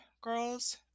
girls